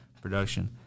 production